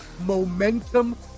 momentum